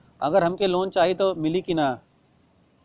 अगर हमके लोन चाही त मिली की ना?